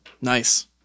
Nice